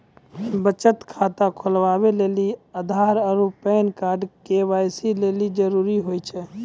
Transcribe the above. बचत खाता खोलबाबै लेली आधार आरू पैन कार्ड के.वाइ.सी लेली जरूरी होय छै